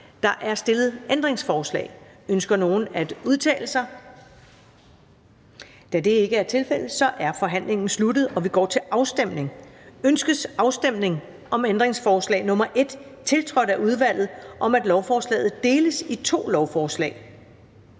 Der er stillet ændringsforslag. Ønsker nogen at udtale sig? Da det ikke er tilfældet, er forhandlingen sluttet, og vi går til afstemning Kl. 14:54 Afstemning Første næstformand (Karen Ellemann): Ønskes afstemning om ændringsforslag nr. 1 tiltrådt af udvalget om, at lovforslaget deles i to lovforslag?